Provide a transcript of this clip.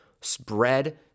spread